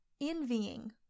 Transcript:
envying